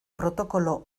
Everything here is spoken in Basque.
protokolo